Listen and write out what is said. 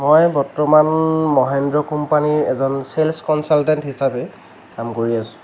মই বৰ্তমান মহেন্দ্ৰ কোম্পানীৰ এজন চেলছ কঞ্চালতেণ্ট হিচাপে কাম কৰি আছোঁ